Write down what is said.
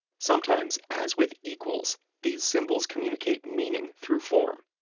sometimes, as with equals, these symbols communicate meaning through form.